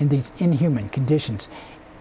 in these inhuman conditions